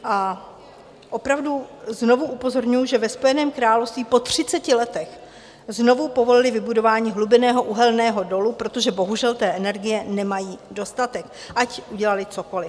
A opravdu znovu upozorňuji, že ve Spojeném království po třiceti letech znovu povolili vybudování hlubinného uhelného dolu, protože bohužel té energie nemají dostatek, ať udělali cokoli.